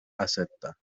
acepta